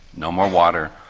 no more water,